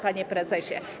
Panie Prezesie!